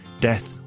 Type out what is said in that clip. Death